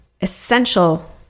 essential